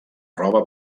roba